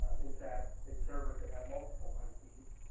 in fact, a server could have multiple ips.